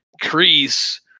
crease